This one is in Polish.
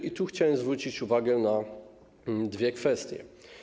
I tu chciałem zwrócić uwagę na dwie kwestie.